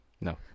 No